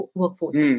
workforce